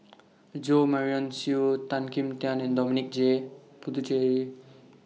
Jo Marion Seow Tan Kim Tian and Dominic J Puthucheary